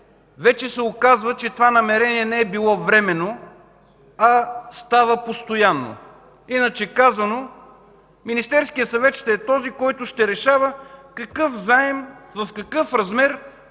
вече се оказва, че това намерение не е било временно, а става постоянно. Иначе казано Министерският съвет ще е този, който ще решава какъв заем, в какъв размер